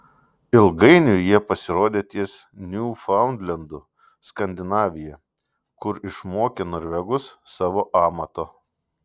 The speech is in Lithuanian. ilgainiui jie pasirodė ties niufaundlendu skandinavija kur išmokė norvegus savo amato